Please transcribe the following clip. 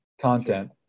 content